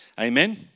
amen